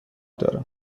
دارم